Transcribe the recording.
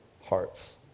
hearts